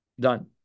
Done